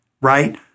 Right